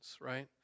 right